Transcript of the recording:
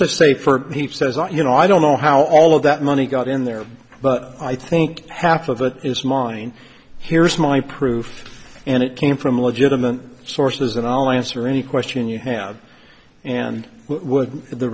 say for he says that you know i don't know how all of that money got in there but i think half of it is mine here's my proof and it came from legitimate sources and i'll answer any question you have and what